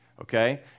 okay